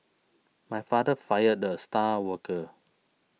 my father fired the star worker